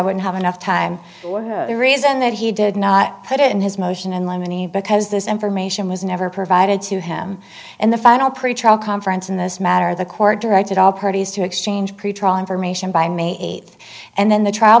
wouldn't have enough time or reason that he did not put in his motion and lemony because this information was never provided to him in the final pretrial conference in this matter the court directed all parties to exchange pretrial information by may eighth and then the trial